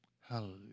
Hallelujah